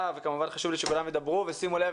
וכמובן חשוב לי שכולם ידברו ושימו לב,